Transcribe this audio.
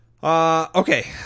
Okay